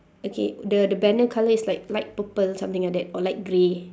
okay the the banner colour is like light purple something like that or light grey